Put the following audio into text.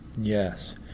Yes